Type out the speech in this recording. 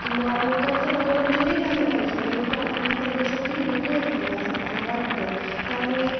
किंवा लोकांचं मनोरंजनही झालं पाहिजे परंतु अंग प्रदर्शनही नको आहे व्हायला असं मला वाटतं त्यामुळे